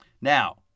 Now